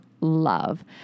love